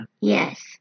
Yes